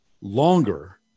longer